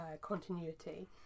continuity